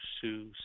sue